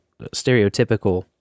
Stereotypical